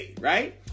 right